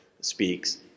speaks